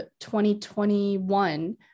2021